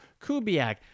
Kubiak